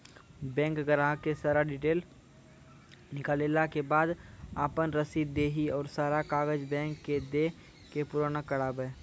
Bank ग्राहक के सारा डीटेल निकालैला के बाद आपन रसीद देहि और सारा कागज बैंक के दे के पुराना करावे?